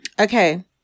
Okay